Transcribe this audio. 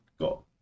got